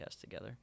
together